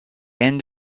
end